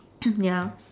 ya